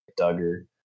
Duggar